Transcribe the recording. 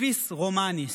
Civis Romanus.